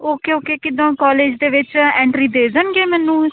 okay okay ਕਿੱਦਾਂ college ਦੇ ਵਿੱਚ ਐਂਟਰੀ ਦੇ ਦੇਣਗੇ ਮੈਨੂੰ